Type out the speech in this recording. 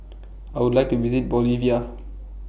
I Would like to visit Bolivia